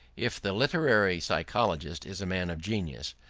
if the literary psychologist is a man of genius,